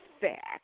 fact